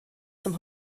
zum